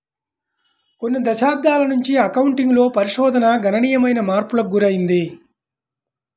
కొన్ని దశాబ్దాల నుంచి అకౌంటింగ్ లో పరిశోధన గణనీయమైన మార్పులకు గురైంది